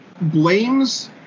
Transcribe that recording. blames